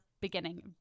beginning